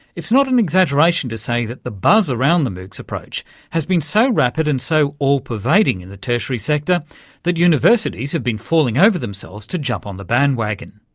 it's not an exaggeration to say that the buzz around the moocs approach has been so rapid and so all-pervading in the tertiary sector that universities have been falling over themselves to jump on the band-wagon.